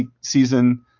season